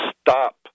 stop